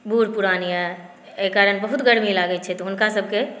बुढ़ पुरान यऽ एहि कारण बहुत गरमी लागै छै तऽ हुनकासभके